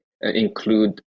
include